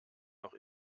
noch